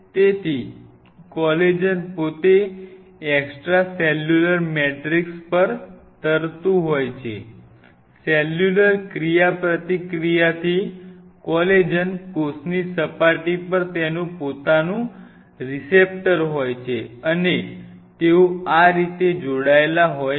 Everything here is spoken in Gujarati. તેથી કોલેજન પોતે એક્સ્ટ્રા સેલ્યુલર મેટ્રિક્સ પર તરતું હોય છે સેલ્યુલર ક્રિયાપ્રતિક્રિયાથી કોલેજન કોષની સપાટી પર તેનું પોતાનું રીસેપ્ટર હોય છે અને તેઓ આ રીતે જોડાયેલા છે